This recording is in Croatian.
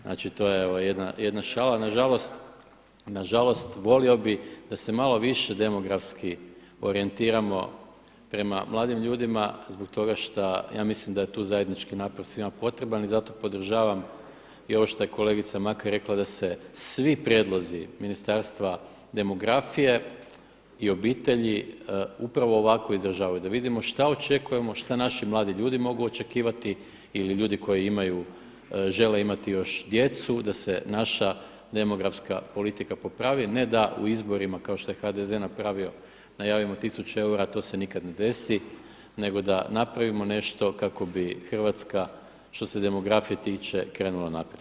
Znači to je evo jedna šala, nažalost, nažalost volio bih da se malo više demografski orijentiramo prema mladim ljudima zbog toga šta, ja mislim da je tu zajednički napor svima potreban i zato podržavam i ovo što je kolegica Makar rekla da se svi prijedlozi ministarstva demografije i obitelji upravo ovako izražavaju, da vidimo šta očekujemo, šta naši mladi ljudi mogu očekivati ili ljudi koji imaju, žele imati još djecu, da se naša demografska politika popravi, ne da u izborima kao što je HDZ napravio najavimo 1000 eura a to se nikada ne desi, nego da napravimo nešto kako bi Hrvatska što se demografije tiče krenula naprijed.